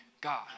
God